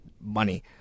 money